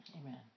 Amen